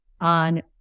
on